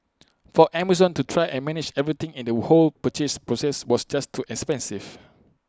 for Amazon to try and manage everything in the whole purchase process was just too expensive